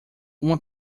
uma